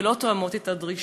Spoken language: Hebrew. ולא תואמים את הדרישות.